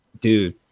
Dude